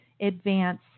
advance